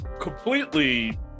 Completely